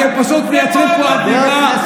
אתם פשוט מייצרים פה אווירה,